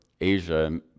Asia